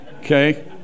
Okay